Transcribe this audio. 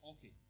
Okay